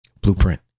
blueprint